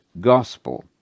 gospel